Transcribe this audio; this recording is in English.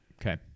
Okay